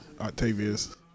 Octavius